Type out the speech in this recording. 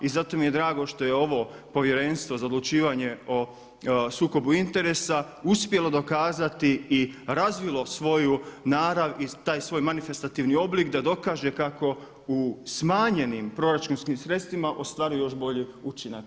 I zato mi je drago što je ovo Povjerenstvo za odlučivanje o sukobu interesa uspjelo dokazati i razvilo svoju narav i taj svoj manifestativni oblik da dokaže kako u smanjenim proračunskim sredstvima ostvaruje još bolji učinak.